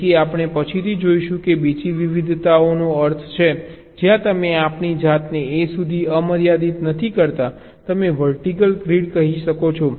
તેથી આપણે પછીથી જોઈશું કે બીજી વિવિધતાનો અર્થ છે જ્યાં તમે આપણી જાતને a સુધી મર્યાદિત નથી કરતા તમે વર્ટિકલ ગ્રીડ કહી શકો છો